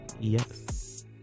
Yes